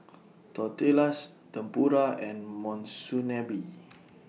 Tortillas Tempura and Monsunabe